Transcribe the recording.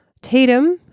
Tatum